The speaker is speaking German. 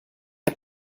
hat